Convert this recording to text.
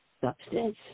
substance